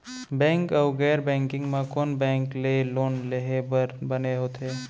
Bank अऊ गैर banking म कोन बैंक ले लोन लेहे बर बने होथे?